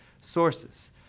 sources